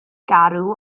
garw